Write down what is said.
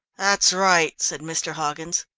that's right, said mr. hoggins.